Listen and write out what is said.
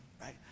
right